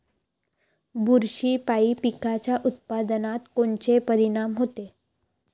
बुरशीपायी पिकाच्या उत्पादनात कोनचे परीनाम होते?